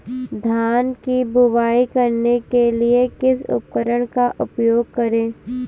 धान की बुवाई करने के लिए किस उपकरण का उपयोग करें?